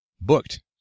booked